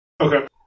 Okay